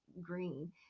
green